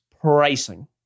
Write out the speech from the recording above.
Pricing